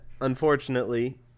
unfortunately